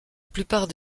plupart